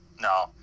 No